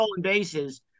bases